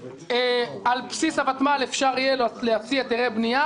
על בסיס הותמ"ל אפשר יהיה להוציא היתרי בנייה